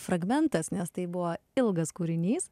fragmentas nes tai buvo ilgas kūrinys